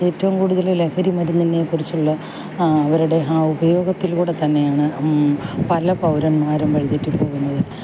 ഏറ്റവും കൂടുതൽ ലഹരി മരുന്നിനെക്കുറിച്ചുള്ള അവരുടെ ആ ഉപയോഗത്തിലൂടെ തന്നെയാണ് പല പൗരന്മാരും വഴി തെറ്റി പോകുന്നത്